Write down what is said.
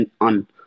on